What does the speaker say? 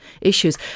issues